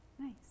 Nice